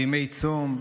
בימי צום.